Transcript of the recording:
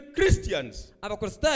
Christians